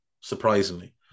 surprisingly